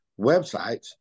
websites